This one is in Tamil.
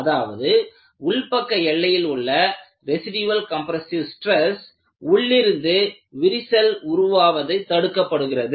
அதாவது உள்பக்க எல்லையில் உள்ள ரெசிடியல் கம்ப்ரெஸ்ஸிவ் ஸ்ட்ரெஸ் உள்ளிருந்து விரிசல் உருவாவது தடுக்கப்படுகிறது